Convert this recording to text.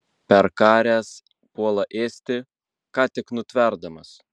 perkaręs puola ėsti ką tik nutverdamas